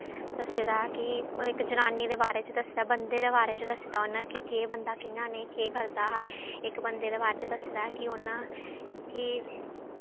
दस्से दा कि इक जनानी दे बारे च दस्से दा बंदे दे बारे च दस्से दा उ'नें कि केह् बनदा केह् नेईं केह् करदा हा इक बंदे दे बारे च दस्से दा ऐ कि उन्नै कि